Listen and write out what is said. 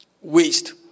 waste